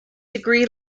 degree